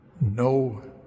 no